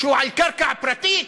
על קרקע פרטית?